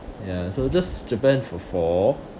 ya so just japan for four